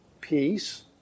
peace